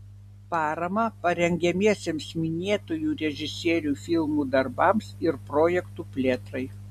paramą parengiamiesiems minėtųjų režisierių filmų darbams ir projektų plėtrai